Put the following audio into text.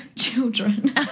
children